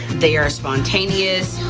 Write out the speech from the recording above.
they are spontaneous,